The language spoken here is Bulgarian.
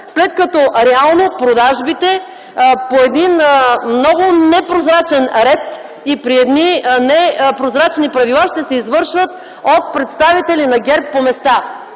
след като реално продажбите по много непрозрачен ред и при непрозрачни правила ще се извършват от представители на ГЕРБ по места.